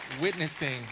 witnessing